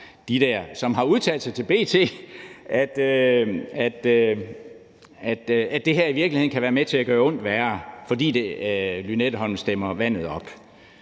hydrologer, som har udtalt til B.T., at det her i virkeligheden kan være med til at gøre ondt værre, fordi Lynetteholmen stemmer vandet op.